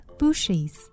bushes